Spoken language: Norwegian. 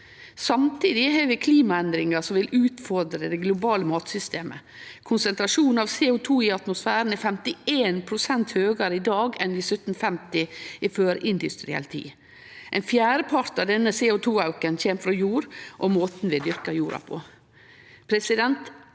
Samtidig har vi klimaendringar som vil utfordre det globale matsystemet. Konsentrasjonen av CO2 i atmosfæren er 51 pst. høgare i dag enn i 1750 – i førindustriell tid. Ein fjerdepart av auken i CO2 kjem frå jord og måten vi dyrkar jorda på.